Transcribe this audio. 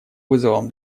вызовом